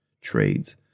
trades